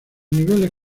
niveles